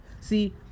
see